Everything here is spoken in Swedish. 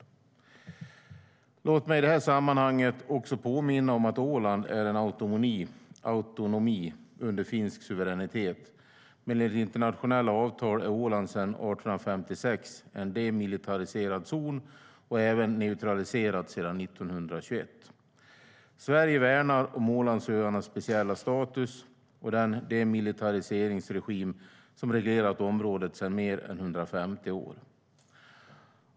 Svar på interpellationer Låt mig i detta sammanhang också påminna om att Åland är en autonomi under finsk suveränitet men enligt internationella avtal sedan 1856 en demilitariserad zon och även neutraliserat sedan 1921. Sverige värnar om Ålandsöarnas speciella status och den demilitariseringsregim som reglerat området i mer än 150 år.